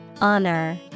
Honor